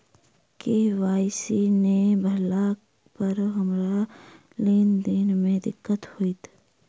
KYC नै भेला पर हमरा लेन देन मे दिक्कत होइत?